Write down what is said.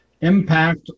impact